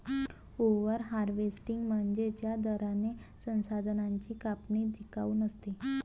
over harvesting म्हणजे ज्या दराने संसाधनांची कापणी टिकाऊ नसते